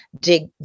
dig